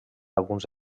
alguns